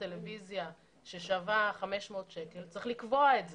טלוויזיה בשווי 500 שקלים אז הוא צריך לקבוע את זה,